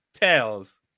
tails